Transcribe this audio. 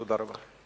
תודה רבה.